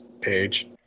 page